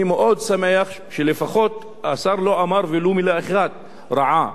אני מאוד שמח שלפחות השר לא אמר ולו מלה אחת רעה